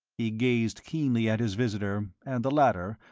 he gazed keenly at his visitor, and the latter,